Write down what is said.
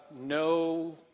no